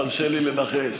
תרשה לי לנחש,